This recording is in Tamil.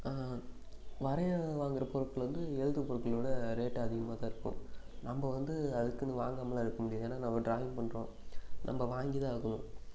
வரைய வாங்குகிற பொருட்கள் வந்து எழுதுகிற பொருட்களை விட ரேட்டு அதிகமாக தான் இருக்கும் நம்ம வந்து அதுக்குன்னு வாங்காமல்லாம் இருக்க முடியாது ஏன்னா நம்ம ட்ராயிங் பண்ணுறோம் நம்ம வாங்கித்தான் ஆகணும்